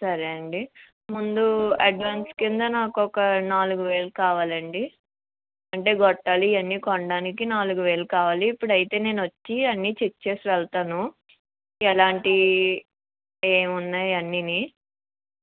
సరే అండి ముందు అడ్వాన్స్ కింద నాకొక నాలుగు వేలు కావాలండి అంటే గొట్టాలు ఇవన్నీ కొనడానికి నాలుగు వేలు కావాలి ఇప్పుడైతే నేను వచ్చి అన్నీ చెక్ చేసి వెళతాను ఎలాంటివి ఏమున్నాయి అవన్నీ కూడా